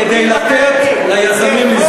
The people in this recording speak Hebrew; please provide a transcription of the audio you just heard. כדי לתת ליזמים,